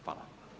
Hvala.